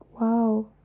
wow